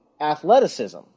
athleticism